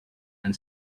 and